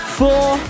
four